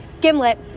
Gimlet